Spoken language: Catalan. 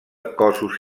cossos